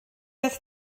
oedd